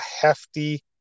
hefty